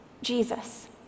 Jesus